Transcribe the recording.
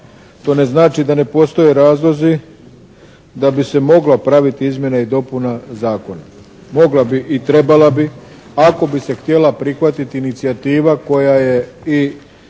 To ne znači da ne postoji razlozi da bi se mogla praviti izmjena i dopuna zakona. Mogla bi i trebala bi ako bi se htjela prihvatiti inicijativa koja je i